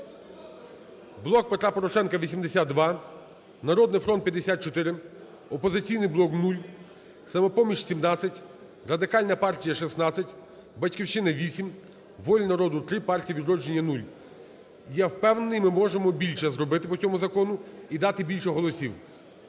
"Блок Петра Порошенка" – 82, "Народний фронт" – 54, "Опозиційний блок" – 0, "Самопоміч" – 17, Радикальна партія – 16, "Батьківщина" – 8, "Воля народу" – 3, "Партія "Відродження" – 0. Я впевнений, ми можемо більше зробити по цьому закону і дати більше голосів.